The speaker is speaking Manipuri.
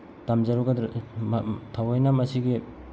ꯇꯝꯖꯔꯨꯒꯗ꯭ꯔ ꯊꯑꯣꯏꯅ ꯃꯁꯤꯒꯤ